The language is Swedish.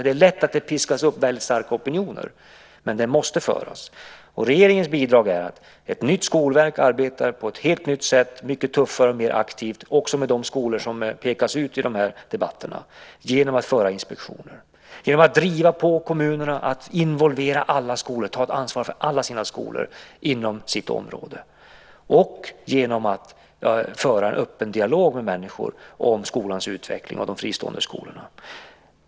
Det är lätt att det piskas upp väldigt starka opinioner. Men den måste föras. Och regeringens bidrag är att ett nytt skolverk arbetar på ett helt nytt sätt, mycket tuffare och mer aktivt, också med de skolor som pekas ut i de här debatterna, genom att genomföra inspektioner, genom att driva på för att få kommunerna att involvera alla skolor och ta ett ansvar för alla skolor inom sitt område och genom att föra en öppen dialog med människor om skolans utveckling och de fristående skolorna.